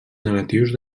negatius